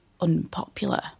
unpopular